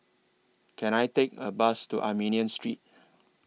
Can I Take A Bus to Armenian Street